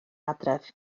adref